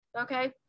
okay